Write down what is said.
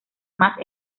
mas